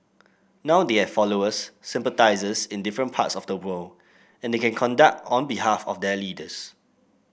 now they have followers sympathisers in different parts of the world and they conduct on behalf of their leaders